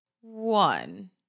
One